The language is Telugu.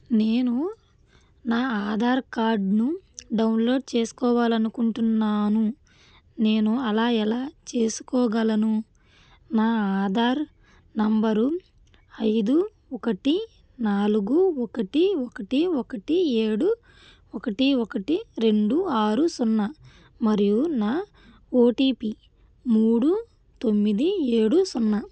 నేను నా ఆధార్ కార్డ్ను డౌన్లోడ్ చేసుకోవాలి అనుకుంటున్నాను నేను అలా ఎలా చేసుకోగలను నా ఆధార్ నంబరు ఐదు ఒకటి నాలుగు ఒకటి ఒకటి ఒకటి ఏడు ఒకటి ఒకటి రెండు ఆరు సున్నా మరియు నా ఓ టీ పీ మూడు తొమ్మిది ఏడు సున్నా